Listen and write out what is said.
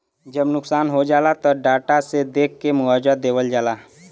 जब नुकसान हो जाला त डाटा से देख के मुआवजा देवल जाला